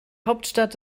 hauptstadt